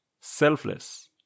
selfless